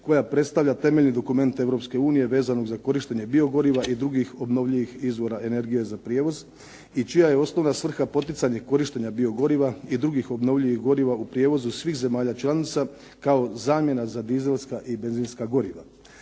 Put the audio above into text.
koja predstavlja temeljni dokument Europske unije vezano za korištenje biogoriva i drugih obnovljivih izvora energije za prijevoz i čija je osnovna svrha poticanje korištenja biogoriva i drugih obnovljivih goriva u prijevozu svih zemalja članica kao zamjena za dizelska i benzinska goriva.